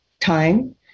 time